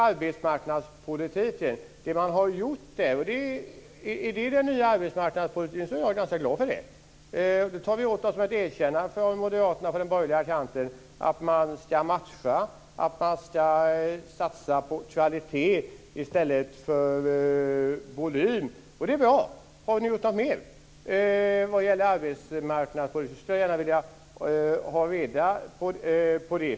Om det som man har gjort är den nya arbetsmarknadspolitiken så är jag ganska glad för det. Vi tar åt oss ett erkännande på den borgerliga kanten för att man ska matcha och satsa på kvalitet i stället för volym. Det är bra. Om ni har gjort något mer när det gäller arbetsmarknadspolitiken skulle jag gärna ha reda på det.